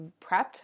prepped